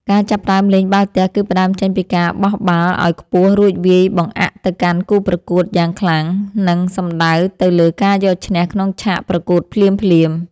ការចាប់ផ្ដើមលេងបាល់ទះគឺផ្ដើមចេញពីការបោះបាល់ឱ្យខ្ពស់រួចវាយបង្អាកទៅកាន់គូប្រកួតយ៉ាងខ្លាំង និង សំដៅទៅលើការយកឈ្នះក្នុងឆាកប្រកួតភ្លាមៗ។